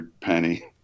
penny